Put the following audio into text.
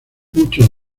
muchos